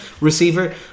Receiver